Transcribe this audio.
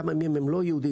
כמה מהם הם לא יהודים.